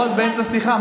בועז באמצע שיחה.